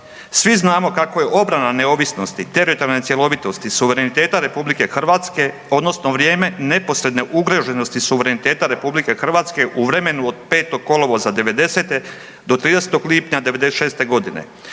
Svi znamo kako je obrana neovisnosti, teritorijalne cjelovitosti, suvereniteta Republike Hrvatske, odnosno vrijeme neposredne ugroženosti suvereniteta Republike Hrvatske u vremenu do 5. kolovoza 90. do 30. lipnja 96. godine.